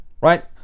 right